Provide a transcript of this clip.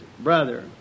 brother